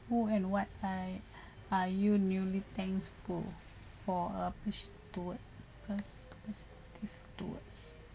who and what are are you newly thankful for a push toward us towards